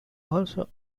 also